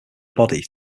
body